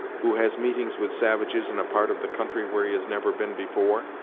who has meetings with savages in a part of the country where he has never been before?